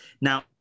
Now